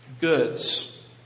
goods